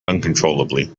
uncontrollably